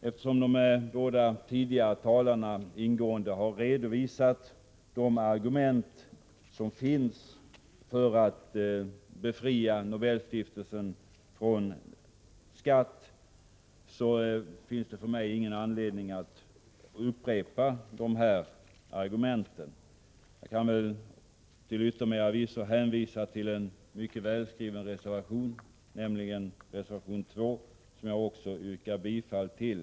Eftersom de båda tidigare talarna ingående har redovisat de argument som finns för att befria Nobelstiftelsen från skatt, har jag ingen anledning att upprepa dessa. Jag kan till yttermera visso hänvisa till en mycket välskriven reservation, nämligen reservation 2, som jag också yrkar bifall till.